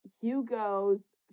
Hugo's